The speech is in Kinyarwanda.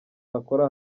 akora